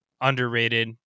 underrated